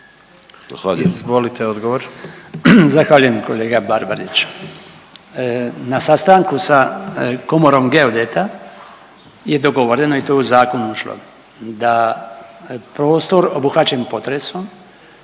Zahvaljujem kolega Barbarić. Na sastanku sa Komorom geodeta je dogovoreno i to je u zakon ušlo, da prostor obuhvaćen potresom